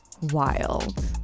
wild